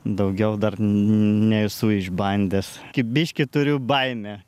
daugiau dar nesu išbandęs kaip biškį turiu baimę